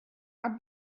our